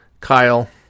Kyle